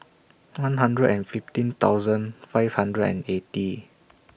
one hundred and fifteen thousand five hundred and eighty